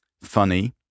funny